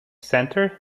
centre